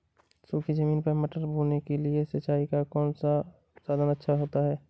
सूखी ज़मीन पर मटर बोने के लिए सिंचाई का कौन सा साधन अच्छा होता है?